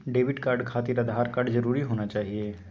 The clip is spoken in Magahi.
डेबिट कार्ड खातिर आधार कार्ड जरूरी होना चाहिए?